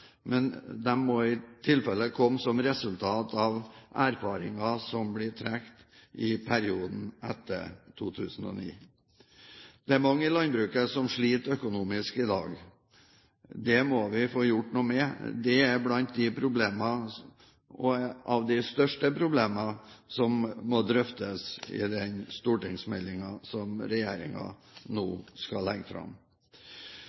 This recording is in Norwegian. men de må i tilfelle komme som resultat av erfaringer man har trukket i perioden etter 2009. Det er mange i landbruket som sliter økonomisk i dag. Det må vi få gjort noe med. Det er blant de største problemene som må drøftes i den stortingsmeldingen som